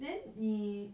then 你